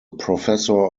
professor